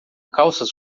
calças